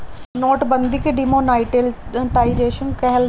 note बंदी के demonetisation कहल जाला